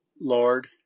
Lord